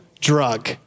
drug